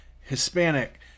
hispanic